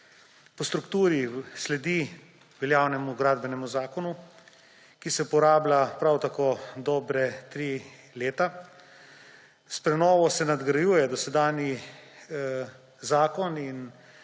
Po strukturi sledi veljavnemu Gradbenemu zakonu, ki se uporablja prav tako dobra 3 leta. S prenovo se nadgrajuje dosedanji zakon in